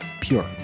Pure